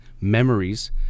memories